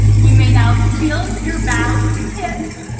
you may now seal your vows with a kiss